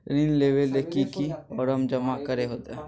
ऋण लेबे ले की की फॉर्म जमा करे होते?